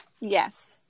yes